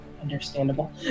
Understandable